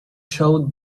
showed